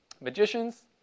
Magicians